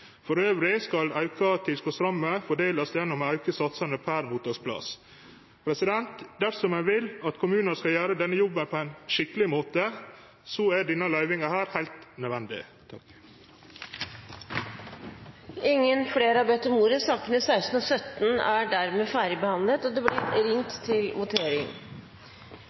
skal den auka tilskotsramma fordelast gjennom å auke satsane per mottaksplass. Dersom ein vil at kommunar skal gjere denne jobben på ein skikkeleg måte, er denne løyvinga heilt nødvendig. Flere har ikke bedt om ordet til sakene nr. 16 og 17. Mens Stortinget venter på at vi skal gå til votering,